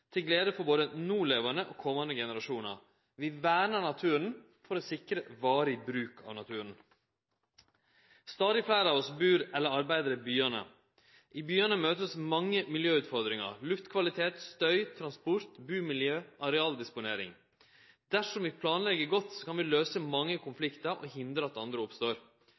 til glede for både nolevande og komande generasjonar. Vi vernar naturen for å sikre varig bruk av naturen. Stadig fleire av oss bur eller arbeider i byane. I byane møtest mange miljøutfordringar – luftkvalitet, støy, transport, bumiljø, arealdisponering. Dersom vi planlegg godt, kan vi løyse mange konfliktar og hindre at andre oppstår.